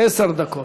עשר דקות.